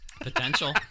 Potential